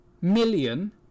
million